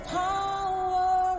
power